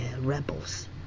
rebels